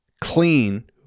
clean